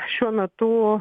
šiuo metu